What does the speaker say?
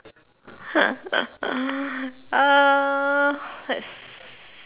uh let's